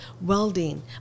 welding